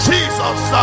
Jesus